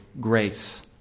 grace